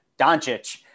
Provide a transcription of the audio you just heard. Doncic